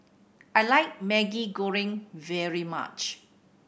I like Maggi Goreng very much